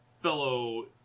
fellow